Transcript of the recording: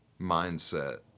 mindset